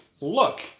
look